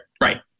right